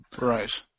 Right